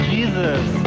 Jesus